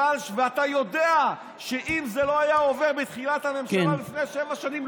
ואתה יודע שאם זה לא היה עובר בתחילת הממשלה לפני שבע שנים,